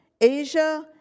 Asia